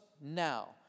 now